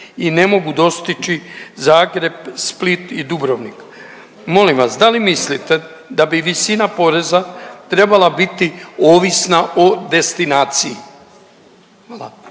i ne mogu dostići Zagreb, Split i Dubrovnik. Molim vas da li mislite da bi visina poreza trebala biti ovisna o destinaciji?